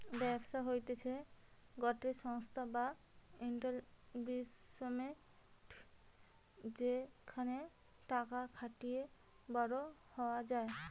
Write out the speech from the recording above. ব্যবসা হতিছে গটে সংস্থা বা এস্টাব্লিশমেন্ট যেখানে টাকা খাটিয়ে বড়ো হওয়া যায়